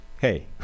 hey